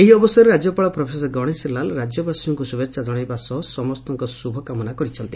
ଏହି ଅବସରରେ ରାଜ୍ୟପାଳ ପ୍ରଫେସର ଗଣେଶି ଲାଲ୍ ରାଜ୍ୟବାସୀଙ୍ଙୁ ଶୁଭେଛା ଜଶାଇବା ସହ ସମସ୍ତଙ୍କୁ ଶୁଭକାମନା କରିଛନ୍ତି